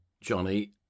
Johnny